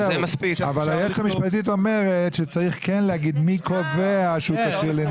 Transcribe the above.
אבל היועצת המשפטית אומרת שכן צריך להגיד מי קובע שהוא כשיר לנהיגה.